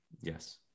Yes